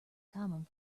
common